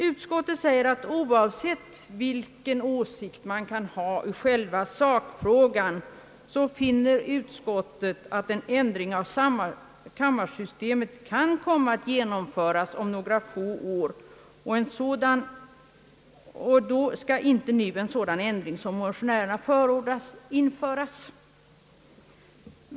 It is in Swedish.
Utskottet säger, att oavsett vilken åsikt man kan ha i själva sakfrågan, finner utskottet att då en ändring av kammarsystemet kan komma att genomföras om några få år bör inte nu en sådan ändring som motionärerna förordar införas.